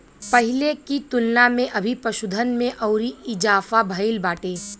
पहिले की तुलना में अभी पशुधन में अउरी इजाफा भईल बाटे